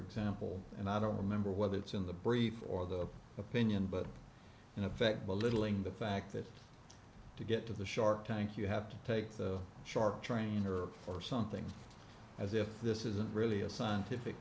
example and i don't remember whether it's in the brief or the opinion but in effect belittling the fact that to get to the shark tank you have to take the shark trainer or something as if this isn't really a scientific